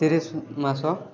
ତିରିଶ ମାସ